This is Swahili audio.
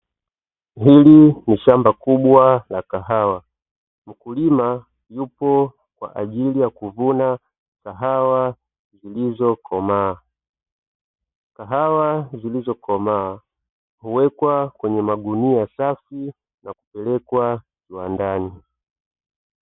Hili ni shamba kubwa la kahawa mkulima yupo kwa ajili ya kuvuna kahawa zilizokomaa. Kahawa zilizokomaa huwekwa kwenye magunia safi na kupelekwa kiwandani.